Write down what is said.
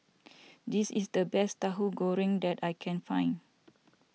this is the best Tahu Goreng that I can find